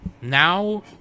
now